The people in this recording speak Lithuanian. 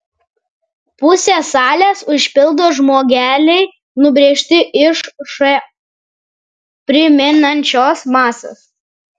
pusę salės užpildo žmogeliai nubrėžti iš š primenančios masės